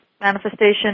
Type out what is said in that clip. manifestation